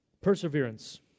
Perseverance